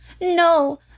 No